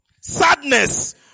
Sadness